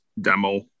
demo